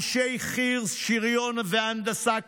אנשי חי"ר, שריון והנדסה קרבית,